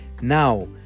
Now